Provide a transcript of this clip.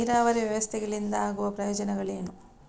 ನೀರಾವರಿ ವ್ಯವಸ್ಥೆಗಳಿಂದ ಆಗುವ ಪ್ರಯೋಜನಗಳೇನು?